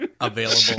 available